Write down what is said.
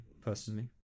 personally